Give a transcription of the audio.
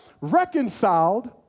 Reconciled